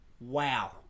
Wow